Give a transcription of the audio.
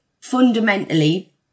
fundamentally